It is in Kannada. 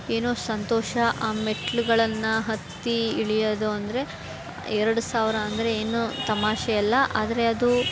ಏನೋ ಸಂತೋಷ ಆ ಮೆಟ್ಟಿಲುಗಳನ್ನು ಹತ್ತಿ ಇಳಿಯೋದು ಅಂದರೆ ಎರಡು ಸಾವಿರ ಅಂದರೆ ಏನು ತಮಾಷೆ ಅಲ್ಲ ಆದರೆ ಅದು